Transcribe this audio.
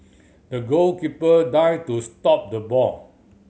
the goalkeeper dived to stop the ball